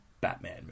Batman